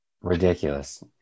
Ridiculous